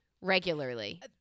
regularly